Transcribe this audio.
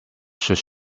should